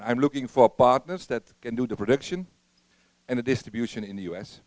i'm looking for partners that can do the production and the distribution in the u